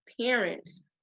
parents